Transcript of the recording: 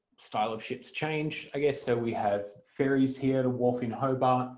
style of ships change, i guess so we have ferries here, the wharf in hobart,